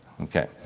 Okay